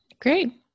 Great